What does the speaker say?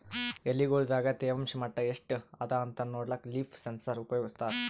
ಎಲಿಗೊಳ್ ದಾಗ ತೇವಾಂಷ್ ಮಟ್ಟಾ ಎಷ್ಟ್ ಅದಾಂತ ನೋಡ್ಲಕ್ಕ ಲೀಫ್ ಸೆನ್ಸರ್ ಉಪಯೋಗಸ್ತಾರ